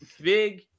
Big